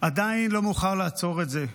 עדיין לא מאוחר לעצור את זה.